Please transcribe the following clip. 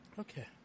Okay